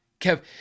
Kev